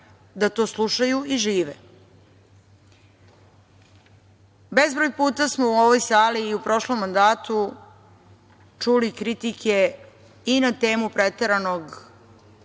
da to slušaju i žive. Bezbroj puta smo u ovoj sali i u prošlom mandatu čuli kritike i na temu preteranog